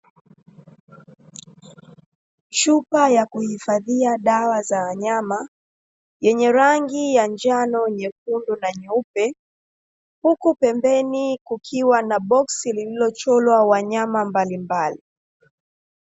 Chupa ya kuhifadhia dawa za wanyama yenye rangi ya njano, nyekundu, na nyeupe, huku pembeni kukiwa na boski lililochorwa wanyama mbalimbali.